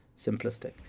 simplistic